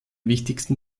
wichtigsten